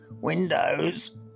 Windows